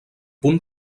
punt